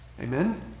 amen